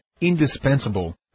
indispensable